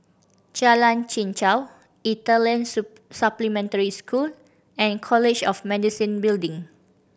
Jalan Chichau Italian Supplementary School and College of Medicine Building